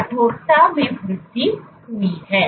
तो कठोरता में वृद्धि हुई है